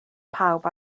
pawb